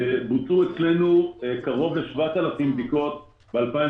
בוצעו אצלנו קרוב ל-7,000 בדיקות ב-2020.